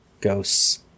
ghosts